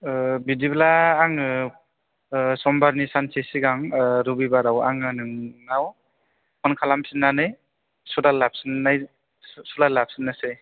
बिदिब्ला आङो समबारनि सानसे सिगां रबिबाराव आङो नोंनाव फन खालामफिननानै सुलाद लाफिन्नाय सुलाद लाफिननोसै